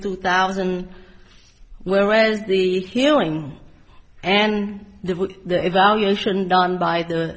two thousand whereas the hearing and the evaluation done by the